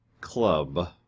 club